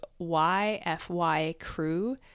YFYCREW